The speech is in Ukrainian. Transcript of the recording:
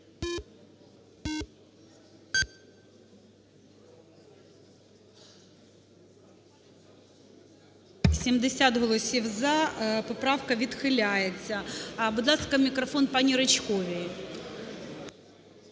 70 голосів "за", поправка відхиляється. Будь ласка, мікрофон пані Ричковій.